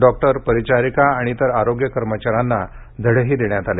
doctor परिचारिका आणि इतर आरोग्य कर्मचाऱ्यांना धडेही देण्यात आले